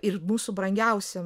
ir mūsų brangiausiam